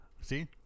See